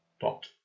dot